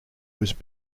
was